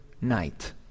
night